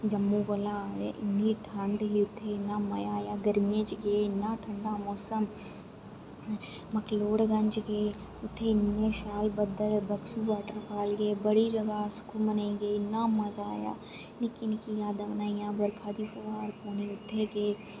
जम्मू कोला दा इन्नी ठंड ही इन्ना नजारा इन्ना मजा आया गर्मियें च इन्ना ठंडा मोसम मकलोडगंज गे उत्थें इन्ने शैल बद्दल बक्शी वाटरफाल बड़ी जगह् अस घूमने गी गे इन्ना मजा आया निक्की निक्की जादां बनाइयां बरखा दी फुहार पौनी उत्थें गे